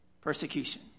persecution